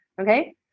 Okay